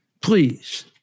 please